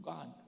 God